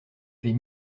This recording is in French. avait